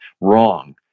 wrong